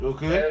Okay